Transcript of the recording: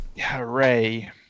Hooray